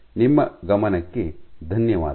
ನಿಮ್ಮ ಗಮನಕ್ಕೆ ಧನ್ಯವಾದಗಳು